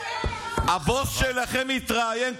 הבוס שלכם מתראיין,